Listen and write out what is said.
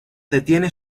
detiene